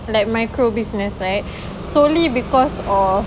like microbusiness right solely because of